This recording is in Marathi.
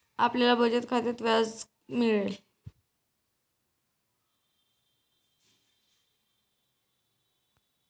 आपल्याला बचत खात्यात व्याज मिळेल